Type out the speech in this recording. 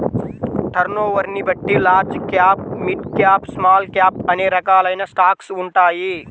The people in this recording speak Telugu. టర్నోవర్ని బట్టి large cap, mid cap, small cap అనే రకాలైన స్టాక్స్ ఉంటాయి